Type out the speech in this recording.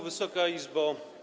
Wysoka Izbo!